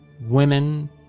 women